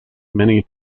many